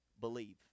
believe